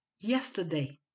Yesterday